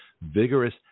vigorous